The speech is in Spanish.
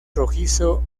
rojizo